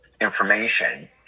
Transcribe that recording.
information